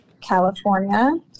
California